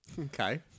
Okay